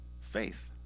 faith